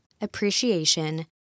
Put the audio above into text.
appreciation